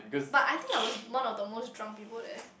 but I think I was one of the most drunk people there